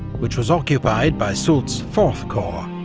which was occupied by soult's fourth corps,